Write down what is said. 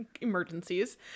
emergencies